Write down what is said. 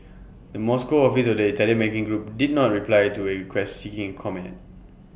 the Moscow office of the Italian banking group did not reply to A request seeking comment